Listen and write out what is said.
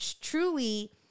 truly